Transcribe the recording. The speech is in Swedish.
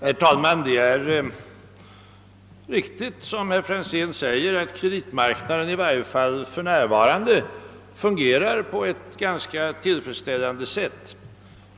Herr talman! Det är riktigt som herr Franzén i Motala säger, att kreditmarknaden i varje fall för närvarande fungerar på ett ganska tillfredsställande sätt.